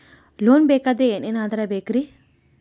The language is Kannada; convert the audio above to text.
ಲೋನ್ ಬೇಕಾದ್ರೆ ಏನೇನು ಆಧಾರ ಬೇಕರಿ?